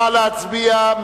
נא להצביע.